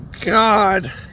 God